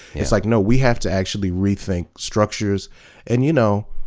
it's like, no, we have to actually rethink structures and, you know